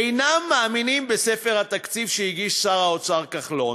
אינם מאמינים בספר התקציב שהגיש שר האוצר כחלון,